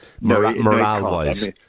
morale-wise